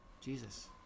Jesus